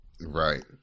Right